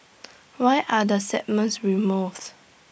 why are the segments removed